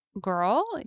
girl